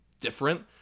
different